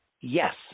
yes